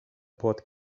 bought